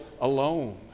alone